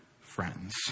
friends